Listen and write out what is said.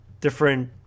different